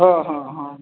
हँ हँ हँ